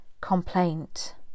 complaint